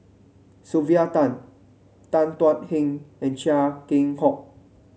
Sylvia Tan Tan Thuan Heng and Chia Keng Hock